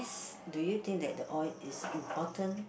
do you think that the oil is important